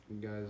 Guys